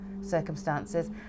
circumstances